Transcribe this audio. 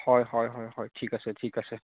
হয় হয় হয় হয় ঠিক আছে ঠিক আছে